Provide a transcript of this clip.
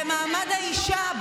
ומעמד האישה,